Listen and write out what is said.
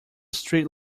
street